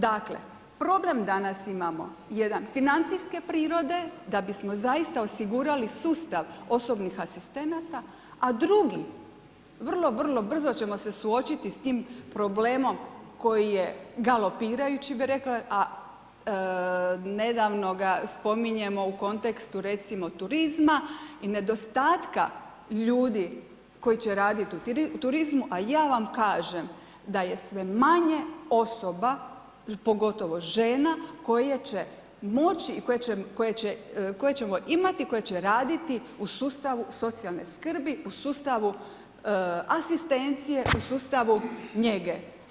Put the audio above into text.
Dakle, problem danas imamo jedan financijske prirode da bismo zaista osigurali sustav osobnih asistenata, a drugi vrlo, vrlo brzo ćemo se suočiti s tim problemom koji je galopirajući bi rekla, a nedavno ga spominjemo u kontekstu recimo, turizma i nedostatka ljudi koji će raditi u turizmu, a ja vam kažem da je sve manje osoba, pogotovo žena koje će moći i koje će imati koje će raditi u sustavu socijalne skrbi, u sustavu asistencije, u sustavu njege.